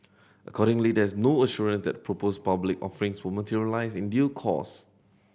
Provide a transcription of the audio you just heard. accordingly there is no assurance that proposed public offering will materialise in due course